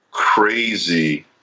Crazy